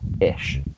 ish